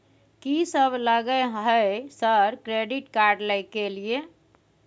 कि सब लगय हय सर क्रेडिट कार्ड लय के लिए?